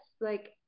Like-